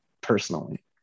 personally